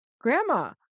Grandma